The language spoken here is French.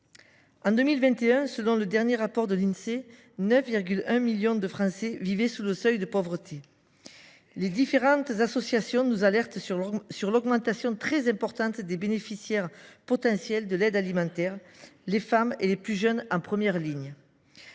en 2021, selon l’Insee, 9,1 millions de Français vivaient sous le seuil de pauvreté. Les différentes associations nous alertent sur l’augmentation très importante du nombre de bénéficiaires potentiels de l’aide alimentaire, les femmes et les plus jeunes en première ligne.